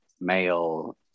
male